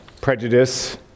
prejudice